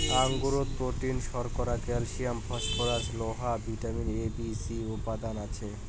আঙুরত protein, শর্করা, calcium, phosphorus, লোহা, vitamin A, B, C উপাদান আছে